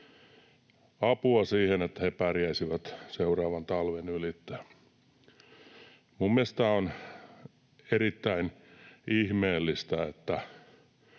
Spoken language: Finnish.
apua siihen, että he pärjäisivät seuraavan talven ylitse. Minun mielestäni on erittäin ihmeellistä,